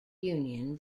union